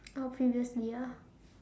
oh previously ah